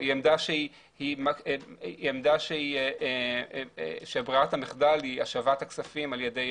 היא עמדה שברירת המחדל היא השבת הכספים על-ידי